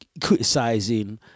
criticizing